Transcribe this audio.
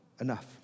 Enough